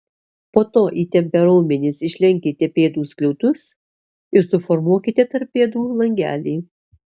po to įtempę raumenis išlenkite pėdų skliautus ir suformuokite tarp pėdų langelį